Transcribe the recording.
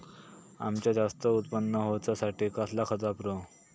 अम्याचा जास्त उत्पन्न होवचासाठी कसला खत वापरू?